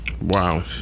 Wow